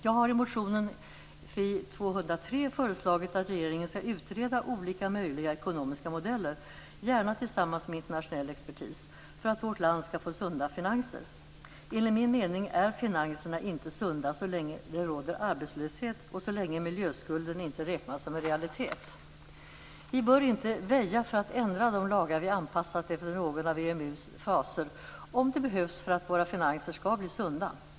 Jag har i motionen Fi203 föreslagit att regeringen skall utreda olika möjliga ekonomiska modeller, gärna tillsammans med internationell expertis, för att vårt land skall få sunda finanser. Enligt min mening är finanserna inte sunda så länge det råder arbetslöshet och så länge miljöskulden inte räknas som en realitet. Vi bör inte väja för att ändra de lagar vi anpassat efter någon av EMU:s faser om det behövs för att våra finanser skall bli sunda.